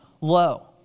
low